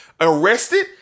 arrested